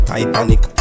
Titanic